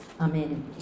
amen